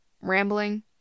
rambling